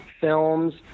films